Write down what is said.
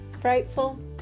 Frightful